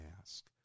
ask